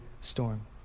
storm